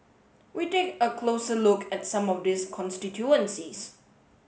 we take a closer look at some of these constituencies